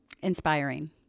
inspiring